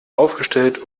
aufgestellt